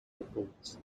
reports